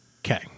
Okay